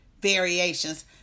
variations